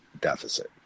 deficit